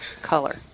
color